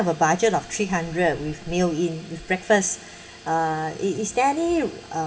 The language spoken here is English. a budget of three hundred with meal in with breakfast uh is is there any uh